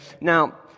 Now